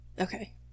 Okay